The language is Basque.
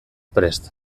prest